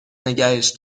نگهش